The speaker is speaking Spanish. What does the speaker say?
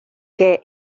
que